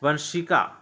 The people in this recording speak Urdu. ورشکہ